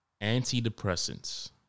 Antidepressants